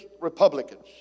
republicans